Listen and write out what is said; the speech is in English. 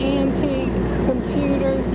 antiques, some tutors.